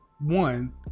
one